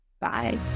bye